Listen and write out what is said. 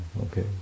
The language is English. okay